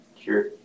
Sure